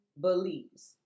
believes